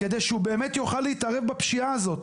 כדי שהוא באמת יוכל להתערב בפשיעה הזו.